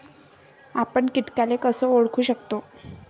आपन कीटकाले कस ओळखू शकतो?